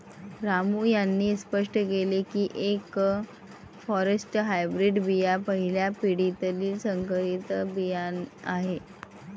रामू यांनी स्पष्ट केले की एफ फॉरेस्ट हायब्रीड बिया पहिल्या पिढीतील संकरित बिया आहेत